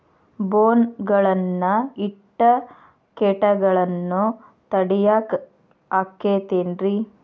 ಬೋನ್ ಗಳನ್ನ ಇಟ್ಟ ಕೇಟಗಳನ್ನು ತಡಿಯಾಕ್ ಆಕ್ಕೇತೇನ್ರಿ?